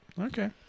Okay